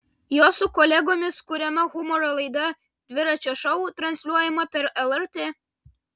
jo su kolegomis kuriama humoro laida dviračio šou transliuojama per lrt